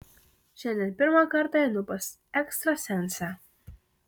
šiandien pirmą kartą einu pas ekstrasensę